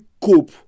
cope